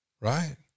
right